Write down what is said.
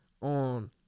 on